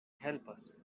helpas